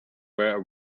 were